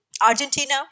argentina